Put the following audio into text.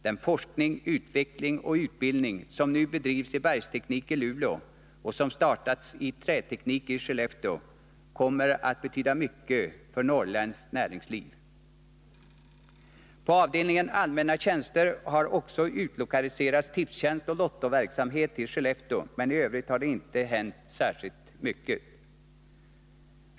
Den forskning, utveckling och utbildning i bergsteknik, som nu bedrivs i Luleå, och i träteknik, som startats i Skellefteå, kommer att betyda mycket för norrländskt näringsliv. På Allmänpolitisk avdelningen allmänna tjänster har också utlokaliserats Tipstjänst och — debatt lottoverksamhet till Skellefteå, men i övrigt har det inte hänt särskilt mycket.